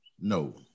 No